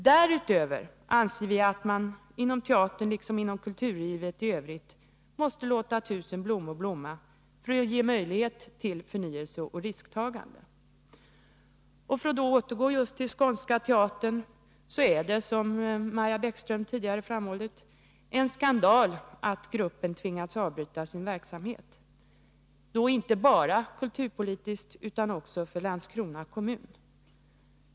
Därutöver anser vi att man inom teatern, liksom inom kulturlivet i övrigt, måste låta tusen blommor blomma för att därmed ge möjlighet till förnyelse och risktagande. För att återgå till just Skånska Teatern så är det — som Maja Bäckström tidigare framhållit — en skandal att gruppen tvingats avbryta sin verksamhet, inte bara kulturpolitiskt utan också med tanke på Landskrona kommun.